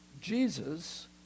Jesus